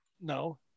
No